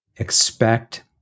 expect